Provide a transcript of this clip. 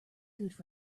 good